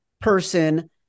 person